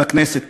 לכנסת פה?